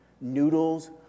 noodles